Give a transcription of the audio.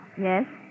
Yes